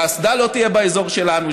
שהאסדה לא תהיה באזור שלנו,